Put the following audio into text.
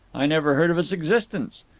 i never heard of its existence.